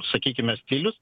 sakykime stilius